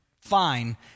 fine